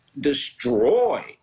destroy